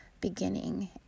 beginning